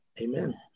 Amen